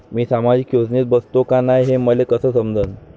मी सामाजिक योजनेत बसतो का नाय, हे मले कस समजन?